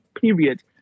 Period